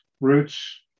roots